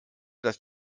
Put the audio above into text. dass